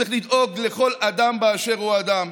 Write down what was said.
צריך לדאוג לכל אדם באשר הוא אדם.